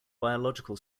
biological